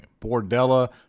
Bordella